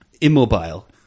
immobile